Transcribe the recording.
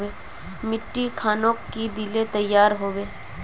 मिट्टी खानोक की दिले तैयार होबे छै?